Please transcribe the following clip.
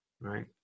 right